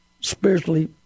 spiritually